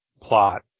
plot